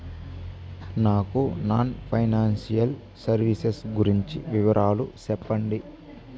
నాకు non financial services గురించి వివరాలు సెప్పండి?